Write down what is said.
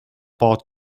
bought